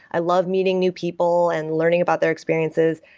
i love meeting new people and learning about their experiences.